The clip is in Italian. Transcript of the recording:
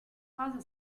fase